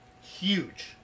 Huge